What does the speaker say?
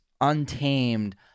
untamed